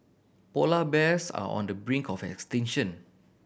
polar bears are on the brink of extinction